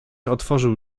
otworzył